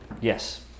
Yes